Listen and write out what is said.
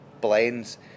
blends